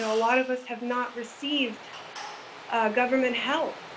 a lot of us have not received government help.